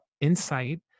insight